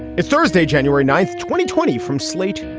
it's thursday, january ninth, twenty twenty from slate.